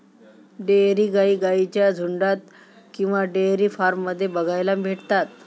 dairy गाई गाईंच्या झुन्डात किंवा डेयरी फार्म मध्ये बघायला भेटतात